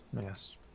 Yes